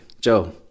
Joe